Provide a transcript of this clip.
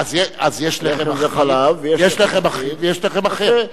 אז יש לחם אחיד ויש לחם אחר.